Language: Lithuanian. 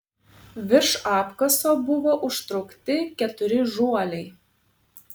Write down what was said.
virš apkaso buvo užtraukti keturi žuoliai